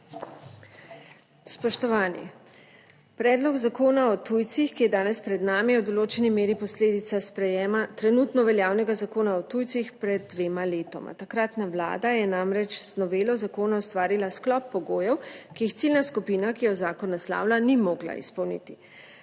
Spoštovani! Predlog Zakona o tujcih, ki je danes pred nami, je v določeni meri posledica sprejetja trenutno veljavnega Zakona o tujcih pred dvema letoma. Takratna Vlada je namreč z novelo zakona ustvarila sklop pogojev, ki jih ciljna skupina, ki jo zakon naslavlja, ni mogla izpolniti.